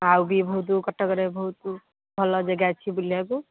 ଆଉ ବି ବହୁତ କଟକରେ ବହୁତ ଭଲ ଯାଗା ଅଛି ବୁଲିବାକୁ